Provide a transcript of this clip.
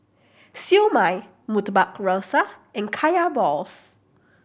Siew Mai Murtabak Rusa and Kaya balls